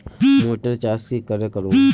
Motor चास की करे करूम?